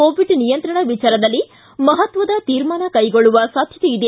Covid ನಿಯಂತ್ರಣ ವಿಚಾರದಲ್ಲಿ ಮಹತ್ವದ ತೀರ್ಮಾನ ಕೈಗೊಳ್ಳುವ ಸಾಧ್ಯತೆ ಇದೆ